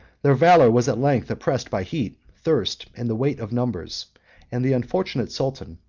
their valor was at length oppressed by heat, thirst, and the weight of numbers and the unfortunate sultan,